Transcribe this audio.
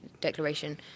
Declaration